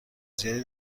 زیادی